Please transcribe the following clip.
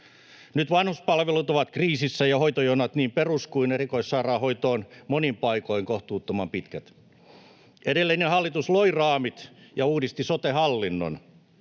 Nyt vanhuspalvelut ovat kriisissä ja hoitojonot niin perus- kuin erikoissairaanhoitoon monin paikoin kohtuuttoman pitkät. Edellinen hallitus loi raamit ja uudisti sote-hallinnon.